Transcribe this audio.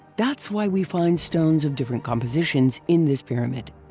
that's why we find stones of different compositions in this pyramid.